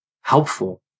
helpful